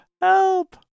Help